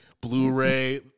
Blu-ray